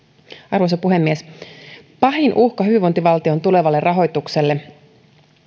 arvoisa puhemies pahin uhka hyvinvointivaltion tulevalle rahoitukselle